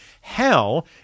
Hell